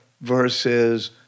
versus